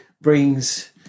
brings